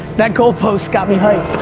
that goal post got me hype.